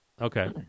Okay